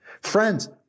Friends